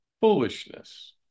foolishness